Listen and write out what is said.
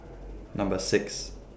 Number six